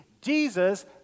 Jesus